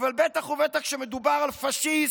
אבל בטח ובטח כשמדובר על פשיסט,